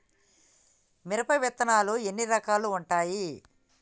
మిరప విత్తనాలు ఎన్ని రకాలు ఉంటాయి?